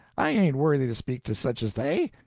i ain't worthy to speak to such as they.